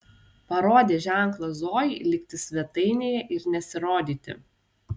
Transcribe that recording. parodė ženklą zojai likti svetainėje ir nesirodyti